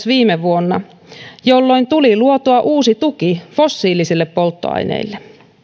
viime vuonna jolloin tuli luotua uusi tuki fossiilisille polttoaineille